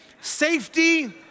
safety